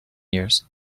years